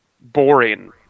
boring